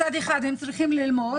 מצד אחד הם צריכים ללמוד,